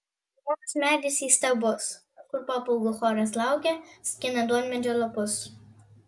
duonos medis įstabus kur papūgų choras laukia skina duonmedžio lapus